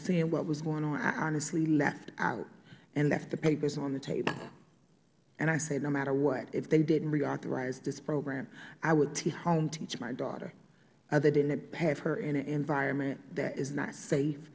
seeing what was going on i honestly left out and left the papers on the table and i said no matter what if they didn't reauthorize this program i would home teach my daughter other than have her in an environment that is not safe